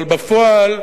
אבל בפועל,